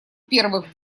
первых